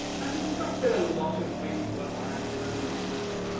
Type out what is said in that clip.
i was struck that a lot of recent work on anti-colonial movements,